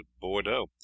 Bordeaux